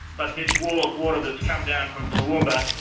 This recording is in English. but this wall of water that's come down from toowoomba,